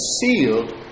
sealed